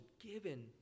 given